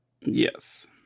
yes